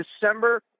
December